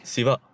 Siva